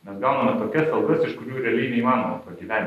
mes gauname tokias algas iš kurių realiai neįmanoma pragyventi